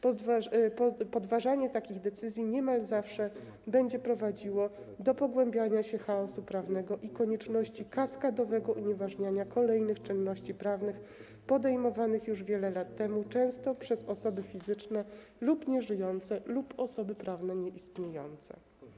Podważanie takich decyzji niemal zawsze będzie prowadziło do pogłębiania się chaosu prawnego i konieczności kaskadowego unieważniania kolejnych czynności prawnych podejmowanych już wiele lat temu, często przez osoby fizyczne lub nieżyjące, lub osoby prawne nieistniejące.